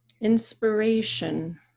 Inspiration